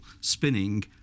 spinning